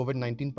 COVID-19